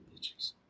bitches